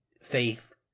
faith